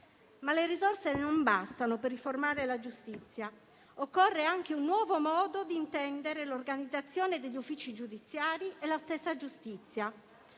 Ma le risorse non bastano per riformare la giustizia. Occorre anche un nuovo modo di intendere l'organizzazione degli uffici giudiziari e la stessa giustizia: